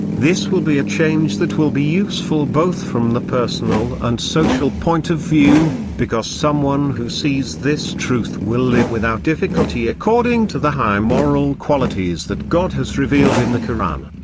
this will be a change that will be useful both from the personal and social point of view, because someone who sees this truth will live without difficulty according to the high moral qualities that god has revealed in the koran.